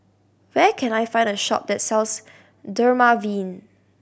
where can I find a shop that sells Dermaveen